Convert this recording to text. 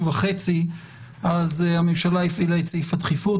וחצי אז הממשלה הפעילה את סעיף הדחיפות.